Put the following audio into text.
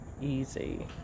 easy